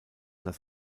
das